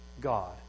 God